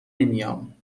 نمیام